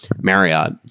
Marriott